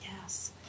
Yes